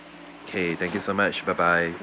okay thank you so much bye bye